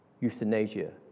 euthanasia